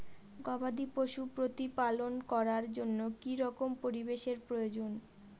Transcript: গবাদী পশু প্রতিপালন করার জন্য কি রকম পরিবেশের প্রয়োজন?